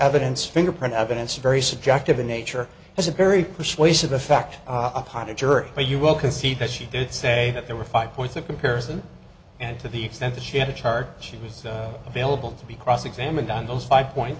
evidence fingerprint evidence is very subjective in nature has a very persuasive effect upon a jury but you will concede that she did say that there were five points of comparison and to the extent that she had a chart she was available to be cross examined on those five point